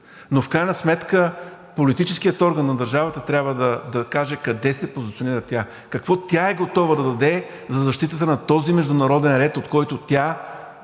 но в крайна сметка политическият орган на държавата трябва да каже къде се позиционира тя, какво тя е готова да даде за защитата на този международен ред, от който тя,